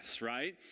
right